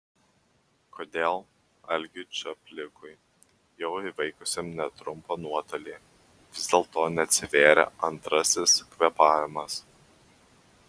kodėl algiui čaplikui jau įveikusiam netrumpą nuotolį vis dėlto neatsivėrė antrasis kvėpavimas